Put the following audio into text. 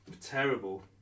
terrible